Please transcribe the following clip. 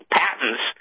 patents